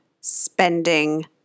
spending